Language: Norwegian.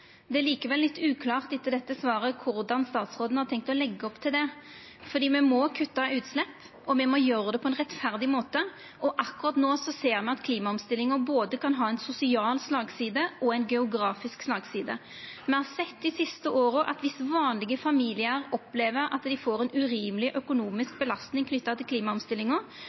Det er likevel litt uklart etter dette svaret korleis statsråden har tenkt å leggja opp til det, for me må kutta utslepp, og me må gjera det på ein rettferdig måte, og akkurat no ser me at klimaomstillinga kan ha både ei sosial og ei geografisk slagside. Me har sett dei siste åra at dersom vanlege familiar opplever at dei får ei urimeleg økonomisk belastning knytt til klimaomstillinga,